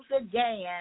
again